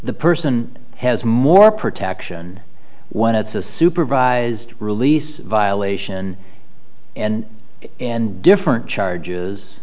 the person has more protection when it's a supervised release violation and in different charges